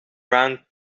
round